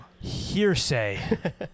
Hearsay